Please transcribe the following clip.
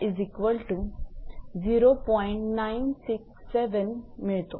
967 मिळतो